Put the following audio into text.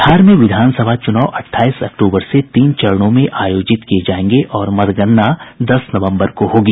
बिहार में विधानसभा चुनाव अट्ठाईस अक्तूबर से तीन चरणों में आयोजित किये जाएंगे और मतगणना दस नवम्बर को होगी